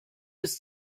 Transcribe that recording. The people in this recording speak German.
ist